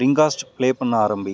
ரிங்காஸ்ட் play பண்ண ஆரம்பி